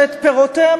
שאת פירותיהם,